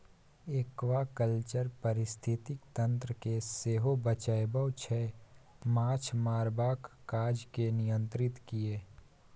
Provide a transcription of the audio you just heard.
aquaculture पारिस्थितिकी तंत्र केँ सेहो बचाबै छै माछ मारबाक काज केँ नियंत्रित कए